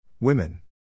Women